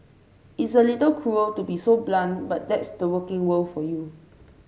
it's a little cruel to be so blunt but that's the working world for you